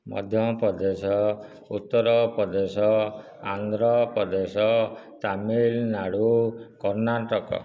Madhya Pradesh Uttar Pradesh Andhra Pradesh Tamil Nadu Karnataka